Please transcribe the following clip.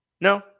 No